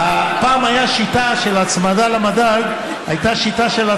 פעם הייתה שיטה של הצמדה למדד מינוס